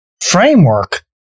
framework